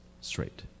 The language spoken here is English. straight